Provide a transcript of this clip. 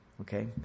Okay